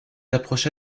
approcha